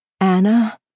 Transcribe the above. Anna